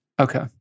Okay